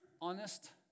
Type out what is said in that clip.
honest